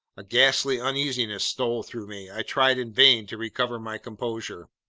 a ghastly uneasiness stole through me. i tried in vain to recover my composure.